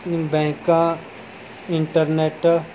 ਬੈਂਕਾਂ ਇੰਟਰਨੈੱਟ